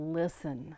listen